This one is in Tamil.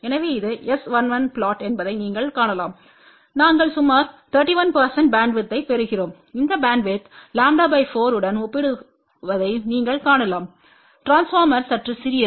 எனவே இது S11புளொட் என்பதை நீங்கள் காணலாம் நாங்கள் சுமார் 31 பேண்ட்வித்யைப் பெறுகிறோம் இந்த பேண்ட்வித் λ 4 உடன்ஒப்பிடப்படுவதை நீங்கள் காணலாம் டிரான்ஸ்பார்மர் சற்று சிறியது